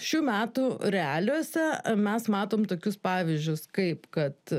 šių metų realiuose ar mes matom tokius pavyzdžius kaip kad